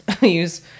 use